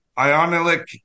ionic